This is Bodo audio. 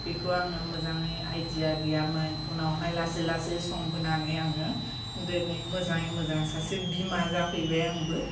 बेखौ आङो मोजाङै आइडिया गैयामोन उनावहाय लासै लासै संबोनानै आङो दिनै मोजाङै मोजां सासे बिमा जाफैबाय आंबो